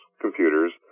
computers